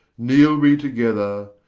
kneele we together,